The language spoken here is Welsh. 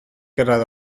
gyrraedd